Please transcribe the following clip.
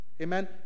Amen